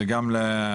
זה גם לחברות,